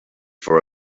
for